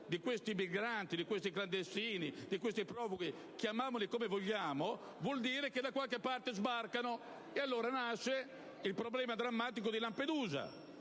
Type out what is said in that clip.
di questi migranti, di questi clandestini, di questi profughi - chiamiamoli come vogliamo - vuol dire che da qualche parte devono sbarcare e allora nasce il problema drammatico di Lampedusa,